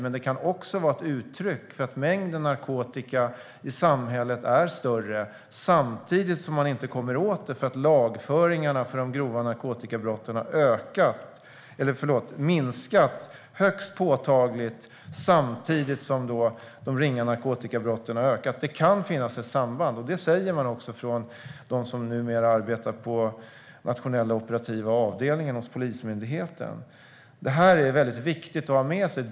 Men det kan också vara ett uttryck för att mängden narkotika i samhället är större samtidigt som man inte kommer åt det på grund av att lagföringarna för de grova narkotikabrotten har minskat högst påtagligt, samtidigt som de ringa narkotikabrotten har ökat. Det kan finnas ett samband. Det säger också de som numera arbetar på Nationella operativa avdelningen hos Polismyndigheten. Det här är viktigt att ha med sig.